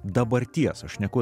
dabarties aš šneku